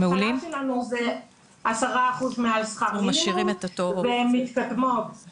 ההתחלה שלנו זה 10% מעל שכר מינימום והן מתקדמות.